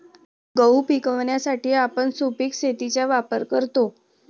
गहू पिकवण्यासाठी आपण सुपीक शेतीचा वापर करतो